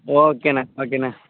ஓகேண்ணே ஓகேண்ணே